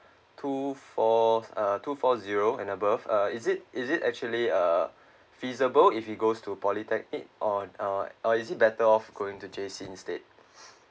two four uh two four zero and above uh is it is it actually uh feasible if he goes to polytechnic or uh uh is it better off going to J_C instead